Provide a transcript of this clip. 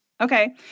Okay